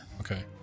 Okay